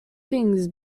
things